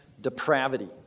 depravity